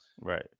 Right